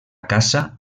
caça